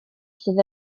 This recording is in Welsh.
sydd